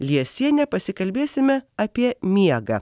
liesiene pasikalbėsime apie miegą